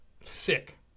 sick